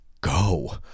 go